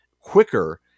quicker